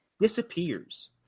disappears